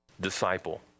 Disciple